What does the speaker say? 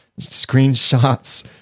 screenshots